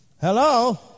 Hello